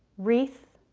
wreath,